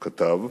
כתב,